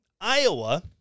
Iowa